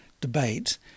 debate